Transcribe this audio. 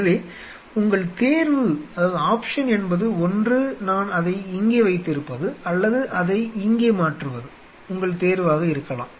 எனவே உங்கள் தேர்வு என்பது ஒன்று நான் அதை இங்கே வைத்திருப்பது அல்லது அதை இங்கே மாற்றுவது உங்கள் தேர்வாக இருக்கலாம்